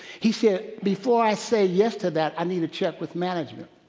he said, before i say yes to that, i need to check with management.